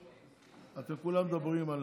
אתם כולם מדברים על